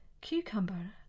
cucumber